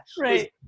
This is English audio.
Right